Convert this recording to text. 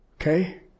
Okay